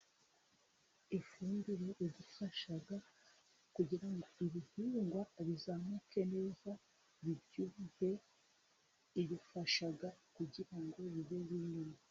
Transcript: Ifumbire idufasha kugira ngo ibihingwa bizamuke neza, bibyibuhe kandi ibifasha kugira ngo bibe bini.